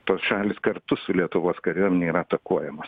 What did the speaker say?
tos šalys kartu su lietuvos kariuomene yra atakuojamos